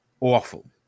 awful